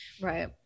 right